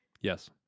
Yes